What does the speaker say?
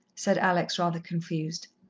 said alex, rather confused.